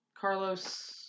Carlos